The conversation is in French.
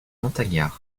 montagnards